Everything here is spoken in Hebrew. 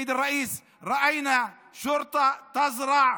ראינו באחד הימים, אדוני היושב-ראש,